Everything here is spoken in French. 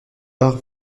part